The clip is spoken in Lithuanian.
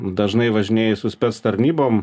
dažnai važinėji su spec tarnybom